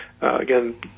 Again